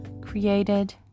created